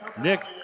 Nick